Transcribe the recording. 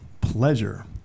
pleasure